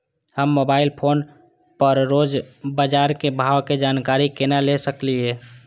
हम mobile phone पर रोज बाजार के भाव के जानकारी केना ले सकलिये?